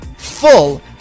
full